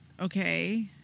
Okay